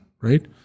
Right